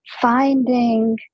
finding